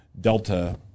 Delta